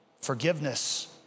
Forgiveness